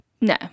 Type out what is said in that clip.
No